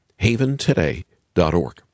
haventoday.org